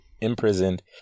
imprisoned